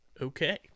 Okay